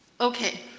Okay